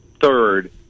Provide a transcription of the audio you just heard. third